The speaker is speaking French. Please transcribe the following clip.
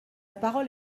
parole